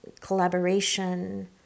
collaboration